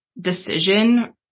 decision